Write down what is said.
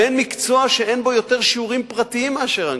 ואין מקצוע שאין בו יותר שיעורים פרטיים מאשר אנגלית,